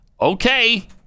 Okay